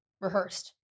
rehearsed